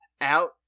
out